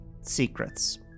Secrets